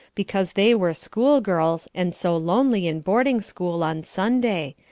because they were schoolgirls, and so lonely in boarding-school on sunday,